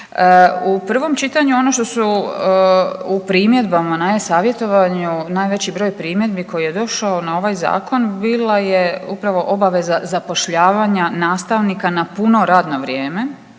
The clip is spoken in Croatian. U prvom čitanju ono što su u primjedbama na e-savjetovanju najveći broj primjedbi koji je došao na ovaj zakon bila je upravo obaveza zapošljavanja nastavnika na puno radno vrijeme